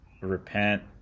repent